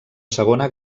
segona